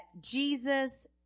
Jesus